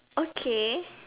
okay